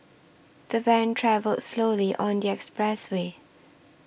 the van travelled slowly on the expressway